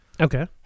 Okay